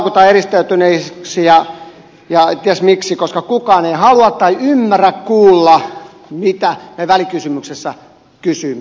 perussuomalaisia haukutaan eristäytyneiksi ja ties miksi koska kukaan ei halua tai ymmärrä kuulla mitä me välikysymyksessä kysymme